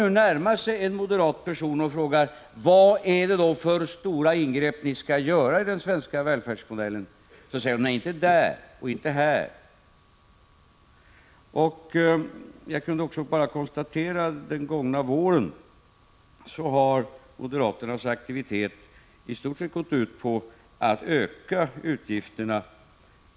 Men när man träffar en moderat och frågar vad det är för stora ingrepp som moderaterna skall göra i den svenska välfärdsmodellen blir svaret: Det gäller inte här och inte där. Under den gångna våren kunde jag konstatera att moderaternas aktiviteter i stort sett har gått ut på att öka utgifterna.